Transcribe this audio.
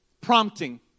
prompting